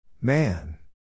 Man